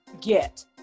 get